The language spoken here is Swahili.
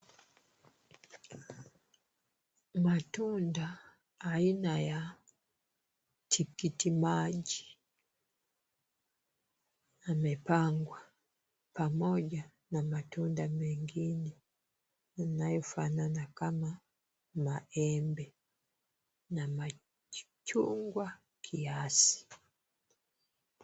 Matunda aina ya tikitimaji yamepangwa pamoja na matunda mengine inayofanana kama maembe na machungwa kiasi.